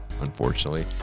unfortunately